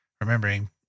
Remembering